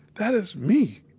that is me.